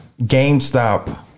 GameStop